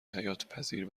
حیاتپذیر